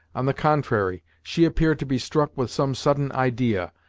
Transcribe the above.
on the contrary, she appeared to be struck with some sudden idea,